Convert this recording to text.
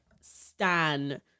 Stan